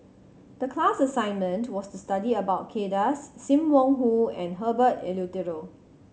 the class assignment to was to study about Kay Das Sim Wong Hoo and Herbert Eleuterio